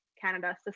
Canada